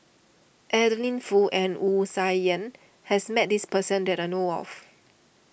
Adeline Foo and Wu Tsai Yen has met this person that I know of